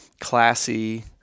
classy